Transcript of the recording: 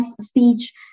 speech